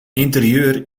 interieur